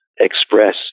express